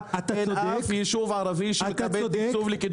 אין אף יישוב ערבי שיקבל תקצוב לקידום זמינות.